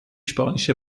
spanische